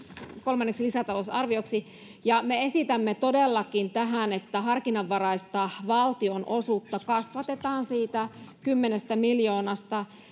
kolmanneksi lisätalousarvioksi ja me esitämme tähän että harkinnanvaraista valtionosuutta kasvatetaan siitä kymmenestä miljoonasta